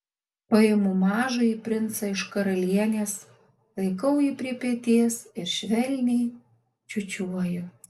paimu mažąjį princą iš karalienės laikau jį prie peties ir švelniai čiūčiuoju